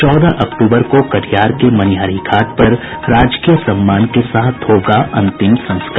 चौदह अक्टूबर को कटिहार के मनिहारी घाट पर राजकीय सम्मान के साथ होगा अंतिम संस्कार